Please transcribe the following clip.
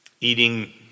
eating